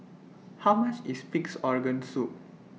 How much IS Pig'S Organ Soup